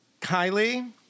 Kylie